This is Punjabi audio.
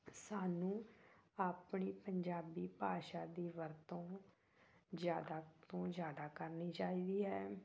ਸਾਨੂੰ ਆਪਣੀ ਪੰਜਾਬੀ ਭਾਸ਼ਾ ਦੀ ਵਰਤੋਂ ਜ਼ਿਆਦਾ ਤੋਂ ਜ਼ਿਆਦਾ ਕਰਨੀ ਚਾਹੀਦੀ ਹੈ